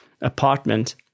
apartment